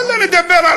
ואללה, נדבר,